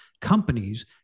companies